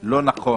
לא נכון.